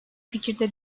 fikirde